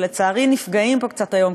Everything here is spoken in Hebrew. שלצערי נפגעים פה קצת היום,